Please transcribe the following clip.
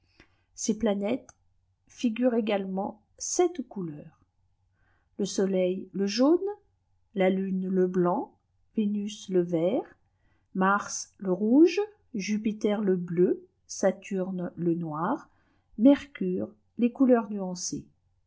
ces planètes figurent également sept couleurs le soleil le jaune la lune le blanc vénus le vert mars le rouge jupiter le bleu saturne le noir mercure les couleurs nuancées